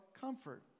comfort